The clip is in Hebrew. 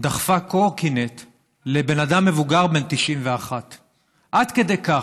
דחפה קורקינט לבן אדם מבוגר בן 91. עד כדי כך.